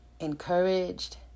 encouraged